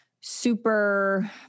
super